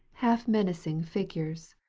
half menacing figures.